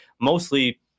mostly